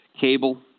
Cable